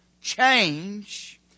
change